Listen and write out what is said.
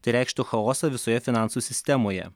tai reikštų chaosą visoje finansų sistemoje